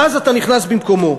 ואז אתה נכנס במקומו.